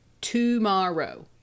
Tomorrow